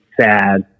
sad